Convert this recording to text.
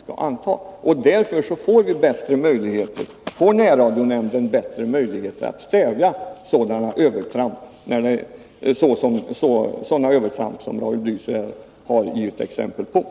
så småningom skall anta, bättre möjligheter härvidlag. Därför får närradionämnden bättre Närradioverksammöjligheter att stävja sådana övertramp som Raul Blächer har givit exempel het